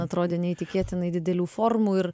atrodė neįtikėtinai didelių formų ir